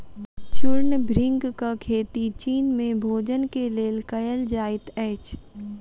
चूर्ण भृंगक खेती चीन में भोजन के लेल कयल जाइत अछि